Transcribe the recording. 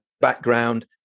background